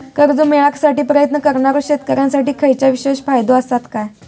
कर्जा मेळाकसाठी प्रयत्न करणारो शेतकऱ्यांसाठी खयच्या विशेष फायदो असात काय?